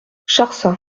charsat